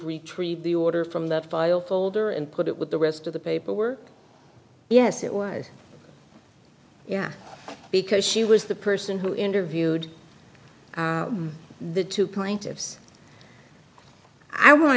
retrieved the order from the file folder and put it with the rest of the paperwork yes it was yeah because she was the person who interviewed the two plaintiffs i want